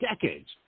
decades